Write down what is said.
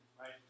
right